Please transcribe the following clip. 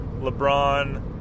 LeBron